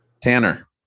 Tanner